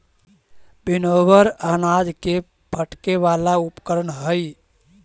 winnower अनाज के फटके वाला उपकरण हई